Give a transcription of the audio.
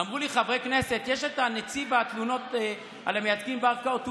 אמרו לי חברי כנסת: יש את נציב התלונות על המייצגים בערכאות,